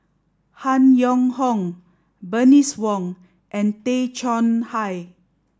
Han Yong Hong Bernice Wong and Tay Chong Hai